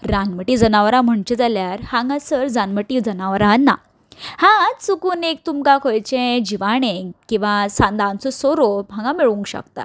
रानवटी जनावरां म्हणचे जाल्यार हांगासर रानवटी जनावरां ना हा चुकून एक तुमकां खंयचेंय जिवाणें किंवां सानाचो सोरोप हांगा मेळूंक शकता